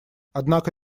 однако